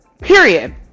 Period